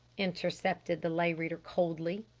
intercepted the lay reader coldly.